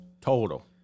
Total